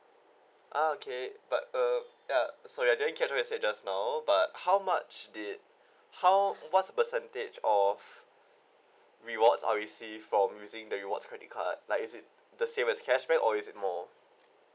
ah okay but uh ya sorry I didn't catch your message just now but how much did how what's the percentage of rewards I'll receive from using the rewards credit card like is it the same as cashback or is it more